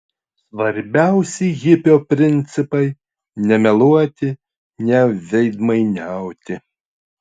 svarbiausi hipio principai nemeluoti neveidmainiauti